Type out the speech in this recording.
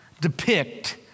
depict